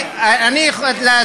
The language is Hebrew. זה 20 מיליון לטרוריסטים,